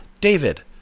David